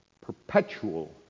perpetual